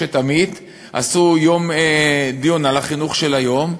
ועשו דיון על החינוך של היום.